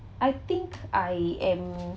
I think I am